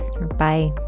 bye